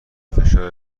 فشار